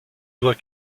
doit